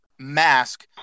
Mask